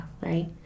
right